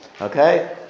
Okay